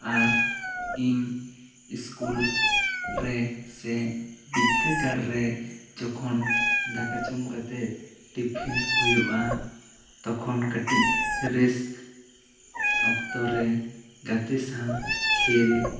ᱟᱨ ᱤᱧ ᱤᱥᱠᱩᱞ ᱨᱮ ᱥᱮ ᱵᱤᱫᱽᱫᱟᱹᱜᱟᱲ ᱨᱮ ᱡᱚᱠᱷᱚᱱ ᱫᱟᱠᱟ ᱡᱚᱢ ᱠᱟᱛᱮᱜ ᱴᱤᱯᱷᱤᱱ ᱦᱩᱭᱩᱜᱼᱟ ᱛᱚᱠᱷᱚᱱ ᱠᱟᱹᱴᱤᱡ ᱨᱮᱥᱴ ᱚᱠᱛᱚ ᱨᱮ ᱜᱟᱛᱮ ᱥᱟᱶ ᱠᱷᱮᱞ